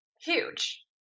huge